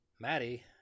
Maddie